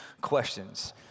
questions